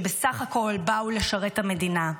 שבסך הכול באו לשרת את המדינה.